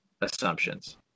assumptions